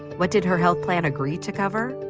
what did her health plan agree to cover?